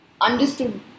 understood